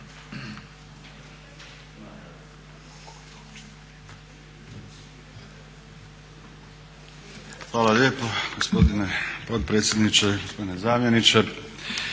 Hvala lijepo gospodine potpredsjedniče, gospodine zamjeniče.